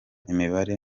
imibare